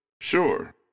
Sure